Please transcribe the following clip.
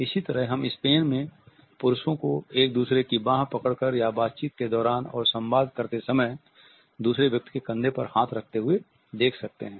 इसी तरह हम स्पेन में पुरुषों को एक दूसरे की बाँह पकड़कर या बातचीत के दौरान और संबाद करते समय दूसरे व्यक्ति के कंधे पर हाथ रखते हुए देख सकते हैं